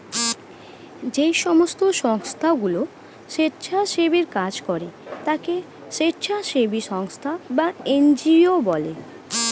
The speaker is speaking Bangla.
যেই সমস্ত সংস্থাগুলো স্বেচ্ছাসেবীর কাজ করে তাকে স্বেচ্ছাসেবী সংস্থা বা এন জি ও বলে